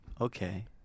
Okay